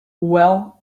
well